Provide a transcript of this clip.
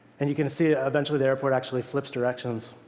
and you can see, eventually the airport actually flips directions.